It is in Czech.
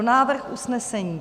Návrh usnesení: